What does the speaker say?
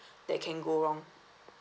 that can go wrong